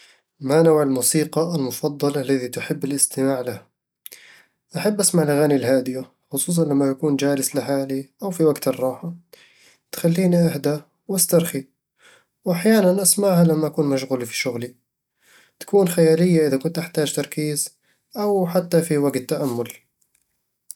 ما نوع الموسيقي المفضل الذي تحب الاستماع له؟ أحب أسمع الاغاني الهادية، خصوصًا لما أكون جالس لحالي أو في وقت الراحة تخليني أهدأ وأسترخي، وأحيانًا أسمعها لما أكون مشغول في شغلي تكون خيالية إذا كنت أحتاج تركيز أو حتى وقت تأمل